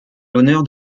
l’honneur